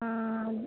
ആന്ന്